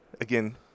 again